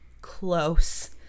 close